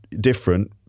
different